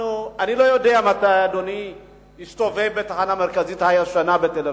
אני לא יודע מתי אדוני הסתובב בתחנה המרכזית הישנה בתל-אביב.